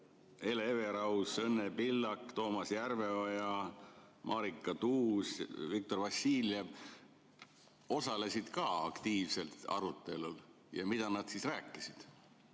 Hele Everaus, Õnne Pillak, Toomas Järveoja, Marika Tuus, Viktor Vassiljev osalesid ka aktiivselt arutelul ja mida nad rääkisid?